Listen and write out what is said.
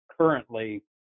currently